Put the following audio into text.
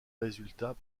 résultats